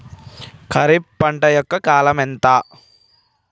ఖరీఫ్ పంట యొక్క కాలం ఎంత?